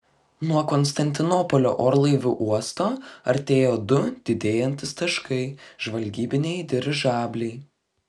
nuo konstantinopolio orlaivių uosto artėjo du didėjantys taškai žvalgybiniai dirižabliai